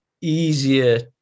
easier